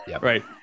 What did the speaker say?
right